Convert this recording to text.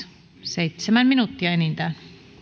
seitsemän minuuttia enintään